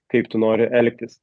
kaip tu nori elgtis